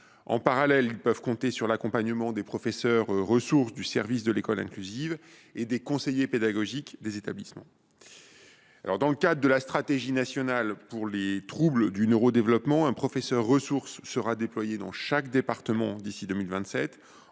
En parallèle, ces derniers peuvent compter sur l’accompagnement des professeurs ressources du service de l’école inclusive et des conseillers pédagogiques des établissements. Dans le cadre de la stratégie nationale pour les troubles du neurodéveloppement, un professeur ressource sera affecté dans chaque département d’ici à 2027,